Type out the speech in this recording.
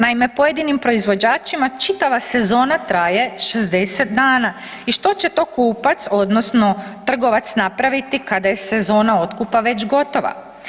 Naime, pojedinim proizvođačima čitava sezona traje 60 dana i što će to kupac odnosno trgovac napraviti kada je sezona otkupa već gotova?